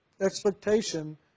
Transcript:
Expectation